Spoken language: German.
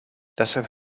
deshalb